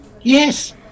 Yes